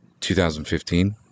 2015